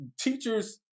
teachers